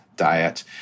diet